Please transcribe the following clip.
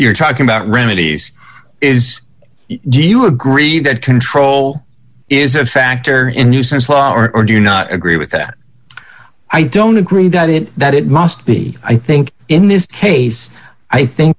you're talking about remedies is do you agree that control is a factor in nuisance law or do you not agree with that i don't agree that it that it must be i think in this case i think